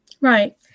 Right